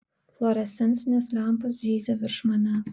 fluorescencinės lempos zyzia virš manęs